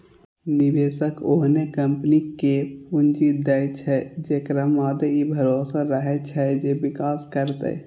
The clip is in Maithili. निवेशक ओहने कंपनी कें पूंजी दै छै, जेकरा मादे ई भरोसा रहै छै जे विकास करतै